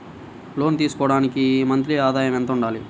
లోను తీసుకోవడానికి మంత్లీ ఆదాయము ఎంత ఉండాలి?